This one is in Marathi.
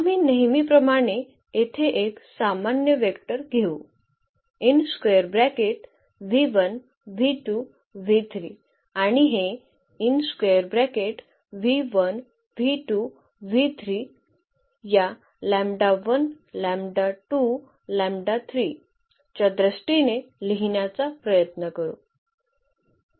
आम्ही नेहमीप्रमाणे येथे एक सामान्य वेक्टर घेऊ आणि हे या च्या दृष्टीने लिहिण्याचा प्रयत्न करू